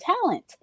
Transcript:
talent